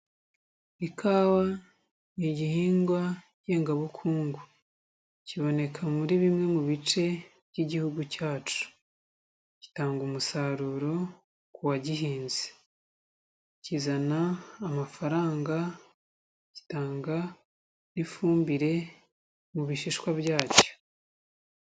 Ikawa ni igihingwa ngengabukungu, kiboneka muri bimwe mu bice by'igihugu cyacu, gitanga umusaruro ku wagihinze, kizana amafaranga gitanga n'ifumbire mu bishishwa byacyo.